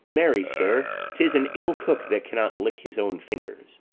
marry, sir, tis an ill cook that cannot lick his own fingers.